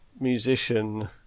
musician